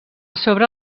sobre